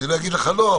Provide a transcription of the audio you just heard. אני לא אגיד לך לא,